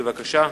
בבקשה.